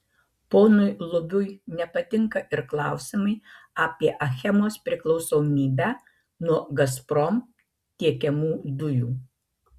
ponui lubiui nepatinka ir klausimai apie achemos priklausomybę nuo gazprom tiekiamų dujų